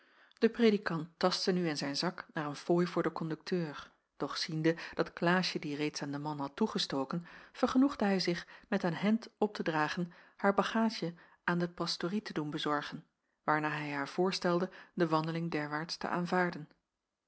de predikant tastte nu in zijn zak naar een fooi voor den kondukteur doch ziende dat klaasje die reeds aan den man had toegestoken vergenoegde hij zich met aan hendt op te dragen haar bagaadje aan de pastorie te doen bezorgen waarna hij haar voorstelde de wandeling derwaarts te aanvaarden